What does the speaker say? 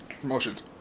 Promotions